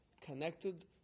connected